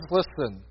listen